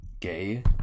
gay